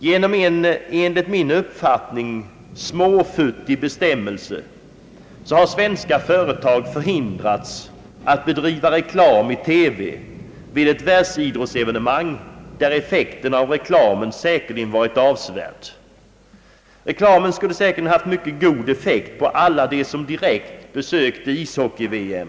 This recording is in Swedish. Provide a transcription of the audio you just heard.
Genom en enligt min uppfattning småfuttig bestämmelse har svenska företag förhindrats att bedriva reklam i TV vid ett världsidrottsevenemang, där reklamen säkerligen skulle ha varit avsevärd och skulle ha haft god effekt på alla som besökte ishockey-VM.